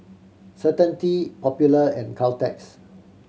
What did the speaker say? Certainty Popular and Caltex